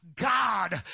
God